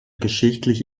geschichtlich